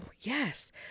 yes